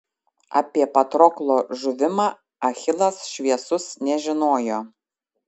apie patroklo žuvimą achilas šviesus nežinojo